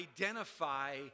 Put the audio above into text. identify